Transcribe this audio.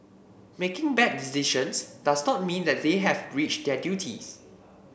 making bad decisions does not mean that they have breached their duties